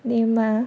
name mah